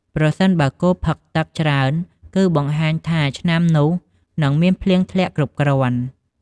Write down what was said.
ប្រសិនបើគោផឹក ទឹក ច្រើន គឺបង្ហាញថាឆ្នាំនោះនឹងមានភ្លៀងធ្លាក់គ្រប់គ្រាន់។